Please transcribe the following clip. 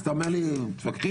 אז אתה אומר לי: מתווכחים.